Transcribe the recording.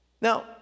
Now